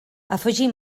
afegir